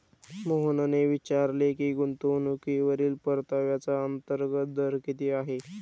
मोहनने विचारले की गुंतवणूकीवरील परताव्याचा अंतर्गत दर किती आहे?